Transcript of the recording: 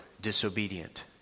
disobedient